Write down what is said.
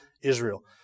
Israel